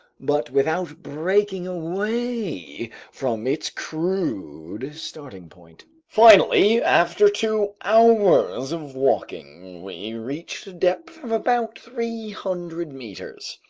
but without breaking away from its crude starting point. finally, after two hours of walking, we reached a depth of about three hundred meters,